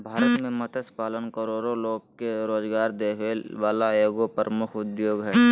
भारत में मत्स्य पालन करोड़ो लोग के रोजगार देबे वला एगो प्रमुख उद्योग हइ